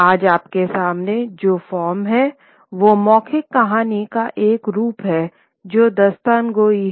आज आपके सामने जो फार्म हैं वो मौखिक कहानी का एक रूप है जो दास्तानगोई है